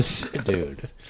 dude